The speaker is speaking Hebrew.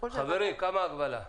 חברים, כמה הגבלה?